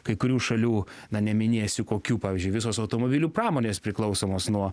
kai kurių šalių na neminėsiu kokių pavyzdžiui visos automobilių pramonės priklausomos nuo